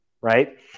right